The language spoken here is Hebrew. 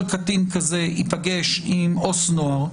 קטין כזה ייפגש עם עובד סוציאלי לנוער,